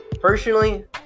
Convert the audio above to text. personally